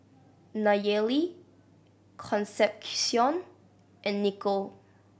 Nayely Concepcion and Nikko